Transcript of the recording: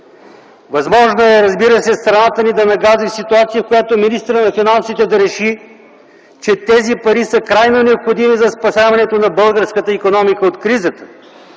Възможно е, разбира се, страната ни да нагази в ситуация, в която министърът на финансите да реши, че тези пари са крайно необходими за спасяването на българската икономика от кризата,